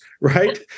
right